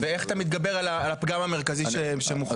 ואיך אתה מתגבר על הפגם המרכזי שמוכח?